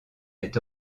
est